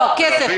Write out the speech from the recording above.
לא, כסף.